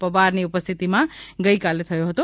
પવારની ઉપસ્થિતિમાં ગઇકાલે થયો હતો